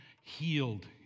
healed